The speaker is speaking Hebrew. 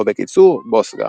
או בקיצור "בוסגה".